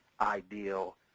ideal